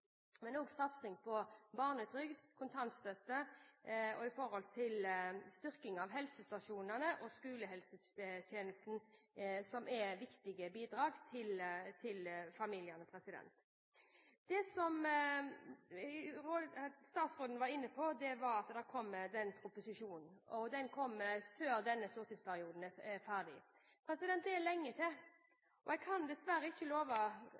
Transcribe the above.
men også satsing på barnetrygd, kontantstøtte og styrking av helsestasjonene og skolehelsetjenesten, som er viktige bidrag for familiene. Statsråden var inne på at det vil komme en proposisjon. Den kommer før denne stortingsperioden er ferdig. Det er lenge til, og jeg kan dessverre ikke love